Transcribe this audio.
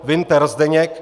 Winter Zdeněk